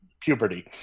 puberty